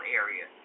area